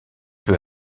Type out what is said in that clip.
peu